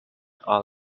all